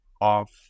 off